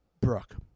Brooke